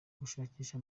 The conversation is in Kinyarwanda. gushakisha